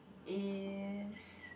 is